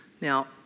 Now